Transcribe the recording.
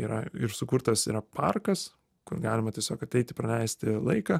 yra ir sukurtas yra parkas kur galima tiesiog ateiti praleisti laiką